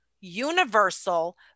universal